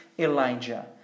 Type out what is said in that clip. Elijah